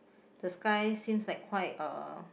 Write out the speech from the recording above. the sky seems like quite uh